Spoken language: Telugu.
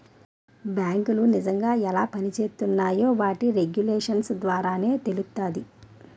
బేంకులు నిజంగా ఎలా పనిజేత్తున్నాయో వాటి రెగ్యులేషన్స్ ద్వారానే తెలుత్తాది